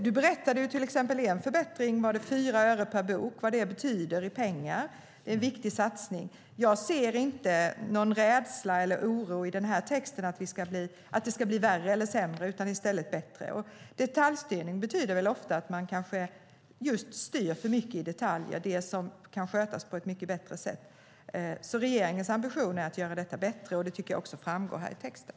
Du berättade till exempel om en förbättring - var det 4 öre per bok? - och vad den betyder i pengar. Det är en viktig satsning. Jag ser inte någon rädsla eller oro i den här texten för att det ska bli värre eller sämre utan i stället att det ska bli bättre. Detaljstyrning betyder ofta att man kanske styr för mycket i detaljer, sådant som kan skötas på ett mycket bättre sätt. Regeringens ambition är att göra detta bättre. Det tycker jag också framgår i texten.